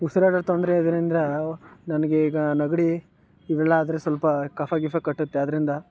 ಉಸ್ರಾಟದ ತೊಂದರೆ ಇದ್ದರಿಂದ ನನಗೆ ಈಗ ನೆಗ್ಡಿ ಇವೆಲ್ಲ ಆದರೆ ಸ್ವಲ್ಪ ಕಫ ಗಿಫ ಕಟ್ಟುತ್ತೆ ಆದ್ದರಿಂದ